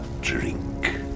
drink